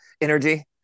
energy